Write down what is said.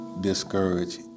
discourage